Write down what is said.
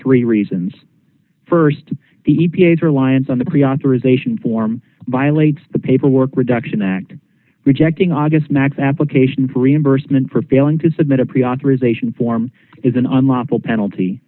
three reasons st the e p a s reliance on the preauthorization form violates the paperwork reduction act rejecting august max application for reimbursement for failing to submit a pre authorization form is an unlawful